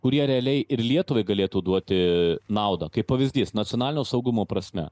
kurie realiai ir lietuvai galėtų duoti naudą kaip pavyzdys nacionalinio saugumo prasme